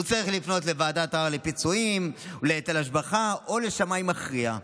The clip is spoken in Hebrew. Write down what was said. הוא צריך לפנות לוועדת ערר לפיצויים ולהיטל השבחה או לשמאי מכריע.